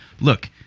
look